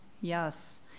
Yes